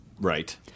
right